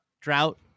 drought